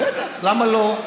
בטח, למה לא?